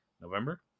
November